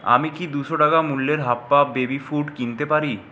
আমি কি দুশো টাকা মূল্যের হাপ্পা বেবি ফুড কিনতে পারি